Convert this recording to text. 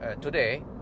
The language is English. today